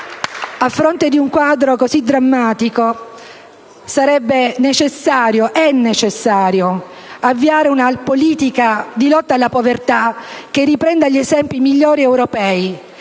A fronte di un quadro così drammatico, sarebbe necessario, è necessario avviare una politica di lotta alla povertà, che riprenda gli esempi migliori europei.